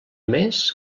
més